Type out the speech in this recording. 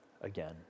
again